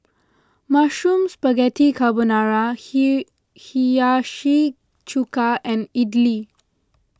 Mushroom Spaghetti Carbonara He Hiyashi Chuka and Idili